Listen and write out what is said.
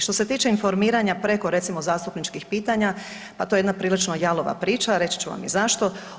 Što se tiče informiranja preko, recimo, zastupničkih pitanja, pa to je jedna prilično jalova priča, reći ću vam i zašto.